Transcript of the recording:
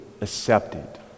accepted